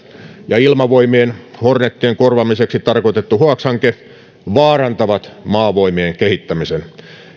ja ilmavoimien hornetien korvaamiseksi tarkoitettu hx hanke vaarantavat maavoimien kehittämisen